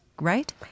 right